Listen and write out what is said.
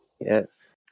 Yes